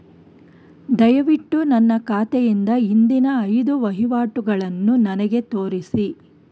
ದಯವಿಟ್ಟು ನನ್ನ ಖಾತೆಯಿಂದ ಹಿಂದಿನ ಐದು ವಹಿವಾಟುಗಳನ್ನು ನನಗೆ ತೋರಿಸಿ